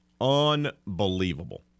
Unbelievable